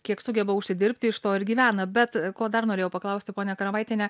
kiek sugeba užsidirbti iš to ir gyvena bet ko dar norėjau paklausti ponia karavaitiene